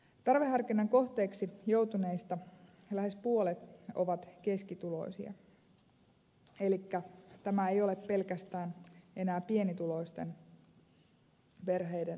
tarveharkinnan kohteeksi joutuneista lähes puolet on keskituloisia elikkä tämä ei ole pelkästään enää pienituloisten perheiden ongelma